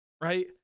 Right